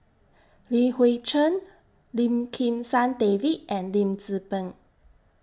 Li Hui Cheng Lim Kim San David and Lim Tze Peng